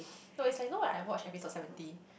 no is like know like I watch episode seventy